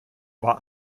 war